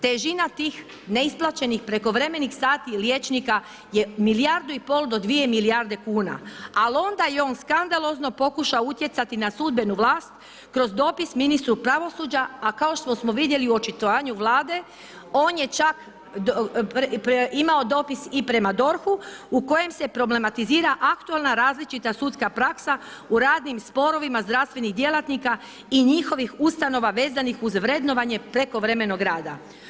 Težina tih neisplaćenih prekovremenih sati liječnika je milijardu i pol do 2 milijarde kuna al onda je on skandalozno pokušao utjecati na sudbenu vlast kroz dopis ministru pravosuđa, a kao što smo vidjeli u očitovanju Vlade, on je čak imao dopis prema DORH-u u kojem se problematizira aktualna različita sudska praksa u radnih sporovima zdravstvenih djelatnika i njihovih ustanova vezanih uz vrednovanje prekovremenog rada.